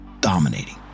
dominating